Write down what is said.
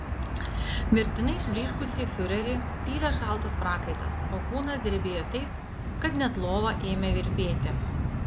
mirtinai išblyškusį fiurerį pylė šaltas prakaitas o kūnas drebėjo taip kad net lova ėmė virpėti